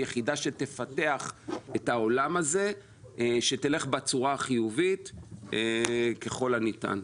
יחידה שתפתח את העולם הזה; שתלך בצורה החיובית ככל הניתן.